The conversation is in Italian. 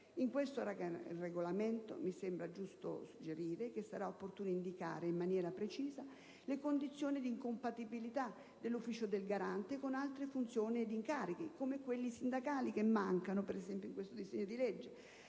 In questo regolamento - mi sembra giusto suggerirlo - sarà opportuno indicare in maniera precisa le condizioni di incompatibilità dell'ufficio del Garante con altre funzioni ed incarichi, come quelli sindacali che mancano - per esempio - in questo disegno di legge,